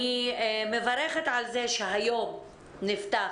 אני מברכת על זה שהיום נפתח